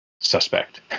suspect